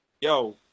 Yo